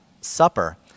supper